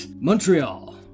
Montreal